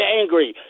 angry